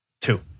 two